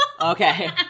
Okay